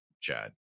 Chad